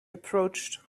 approached